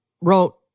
wrote